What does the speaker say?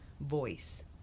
voice